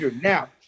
Now